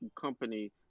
company